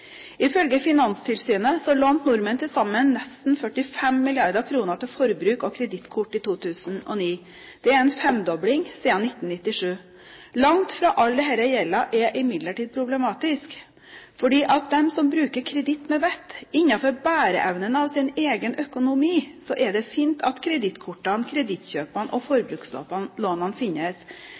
Ifølge Finanstilsynet lånte nordmenn til sammen nesten 45 mrd. kr til forbruk med bl.a. kredittkort i 2009. Det er en femdobling siden 1997. Langt fra all denne gjelden er imidlertid problematisk. For dem som bruker kreditt med vett – innenfor bæreevnen av sin egen økonomi – er det fint at kredittkortene, kredittkjøpene og forbrukslånene finnes.